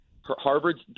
Harvard's